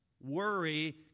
worry